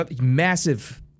Massive